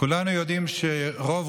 כולנו יודעים שרוב-רובו